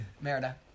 Merida